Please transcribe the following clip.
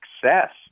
success